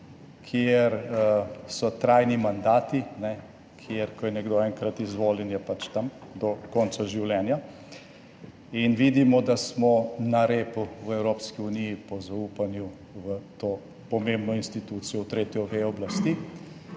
kjer so trajni mandati, kjer je, ko je nekdo enkrat izvoljen, pač tam do konca življenja. Vidimo, da smo na repu v Evropski uniji po zaupanju v to pomembno institucijo, tretjo vejo oblasti.